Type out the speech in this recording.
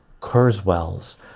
Kurzweil's